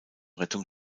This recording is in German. rettung